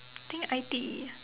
I think I_T_E